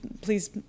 please